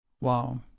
wow